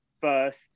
first